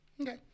Okay